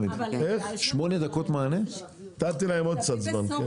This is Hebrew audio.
נתתי להם עוד קצת זמן.